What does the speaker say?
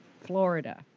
Florida